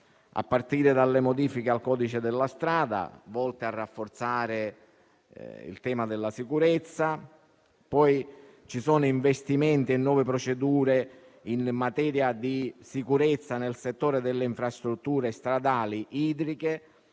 a partire dalle modifiche al codice della strada volte a rafforzare il tema della sicurezza. Sono inoltre previsti investimenti e nuove procedure in materia di sicurezza nel settore delle infrastrutture stradali idriche,